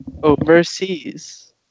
Overseas